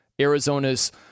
Arizona's